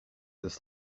this